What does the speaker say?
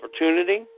opportunity